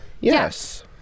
Yes